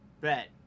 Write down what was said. bet